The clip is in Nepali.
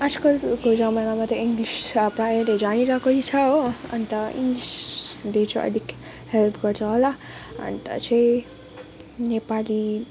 आजकलको जमनामा त इङ्लिस प्राय ले जानिरहेकै छ हो अन्त इङ्लिसले चाहिँ अलिक हेल्प गर्छ होला अन्त चाहिँ नेपाली